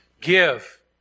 give